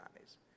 eyes